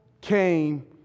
came